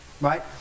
Right